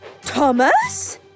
Thomas